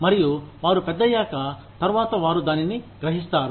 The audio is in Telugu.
మరియు వారు పెద్దయ్యాక తర్వాత వారు దానిని గ్రహిస్తారు